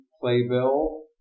playbill